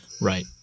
right